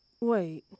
wait